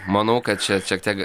manau kad čia šiek tiek